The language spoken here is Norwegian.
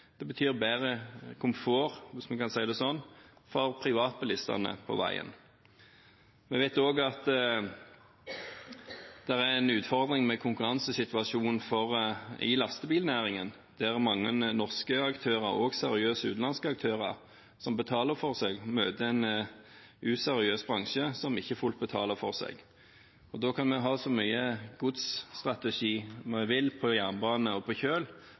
kjøl, betyr det redusert slitasje på veinettet, økt trafikksikkerhet og bedre komfort – hvis man kan si det sånn – for privatbilistene på veiene. Vi vet også at det er en utfordring med konkurransesituasjonen i lastebilnæringen, der mange norske aktører og seriøse utenlandske aktører som betaler for seg, møter en useriøs bransje som ikke fullt ut betaler for seg. Da kan vi ha så mye godsstrategi som vi bare vil på jernbane og